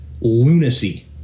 lunacy